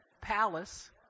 palace